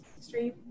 stream